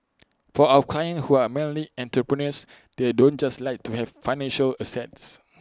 for our clients who are mainly entrepreneurs they don't just like to have financial assets